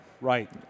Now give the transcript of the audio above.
Right